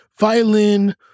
violin